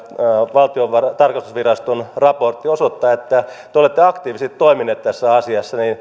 valtion tarkastusviraston raportti osoittavat että te olette aktiivisesti toiminut tässä asiassa niin